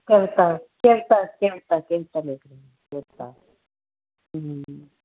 ਕਵਿਤਾ ਕਵਿਤਾ ਕਵਿਤਾ ਕਵਿਤਾ ਲਿਖ ਰਹੀ ਕਵਿਤਾ ਹੂੰ